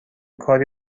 کاری